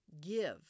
Give